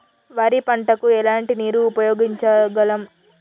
వరి పంట కు ఎలాంటి నీరు ఉపయోగించగలం?